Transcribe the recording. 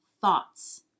thoughts